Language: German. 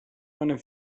meinem